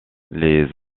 les